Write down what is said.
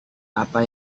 apa